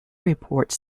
reports